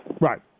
right